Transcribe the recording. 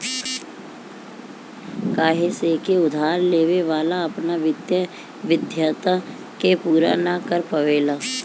काहे से की उधार लेवे वाला अपना वित्तीय वाध्यता के पूरा ना कर पावेला